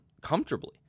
comfortably